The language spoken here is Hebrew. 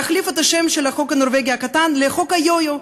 להחליף את השם של החוק הנורבגי הקטן לחוק היו-יו,